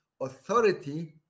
authority